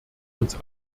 uns